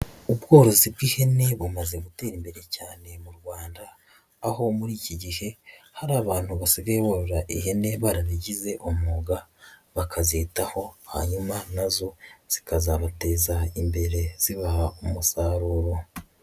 Ubworozi bw'ihene bumaze gutera imbere cyane mu Rwanda, aho muri iki gihe hari abantu basigaye borora ihene barabigize umwuga, bakazitaho, hanyuma na zo zikazabateza imbere zibaha umusaruro.